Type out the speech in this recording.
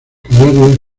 canarias